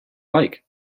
like